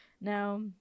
Now